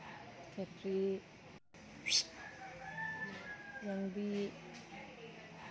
ꯈꯦꯇ꯭ꯔꯤ ꯌꯥꯡꯕꯤ